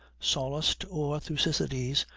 sallust, or thucydides,